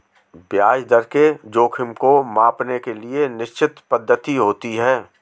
ब्याज दर के जोखिम को मांपने के लिए निश्चित पद्धति होती है